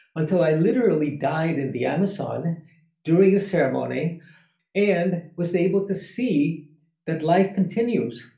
until i literally died in the amazon during a ceremony and was able to see that life continues.